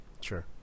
sure